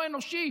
לא אנושי,